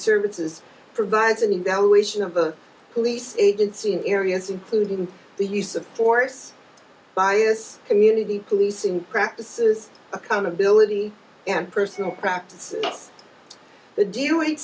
services provides an evaluation of a police agency in areas including the use of force bias community policing practices accountability and personal practice the do